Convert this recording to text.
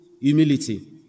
humility